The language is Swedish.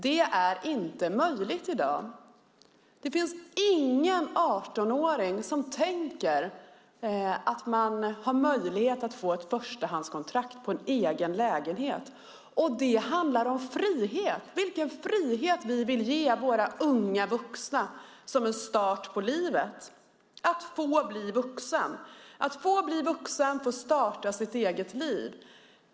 Detta är inte möjligt i dag. Det finns ingen 18-åring som tänker att hon eller han har möjlighet att få ett förstahandskontrakt på en egen lägenhet. Det här handlar om vilken frihet vi vill ge våra unga vuxna. Det handlar om att få bli vuxen och starta sitt eget liv.